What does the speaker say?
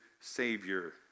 Savior